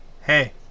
hey